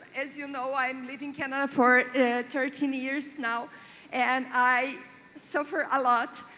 as you know i'm leaving canada for thirteen years now and i suffer a lot.